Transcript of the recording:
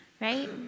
Right